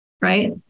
right